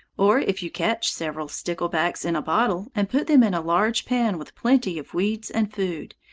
or if you catch several sticklebacks in a bottle and put them in a large pan with plenty of weeds and food,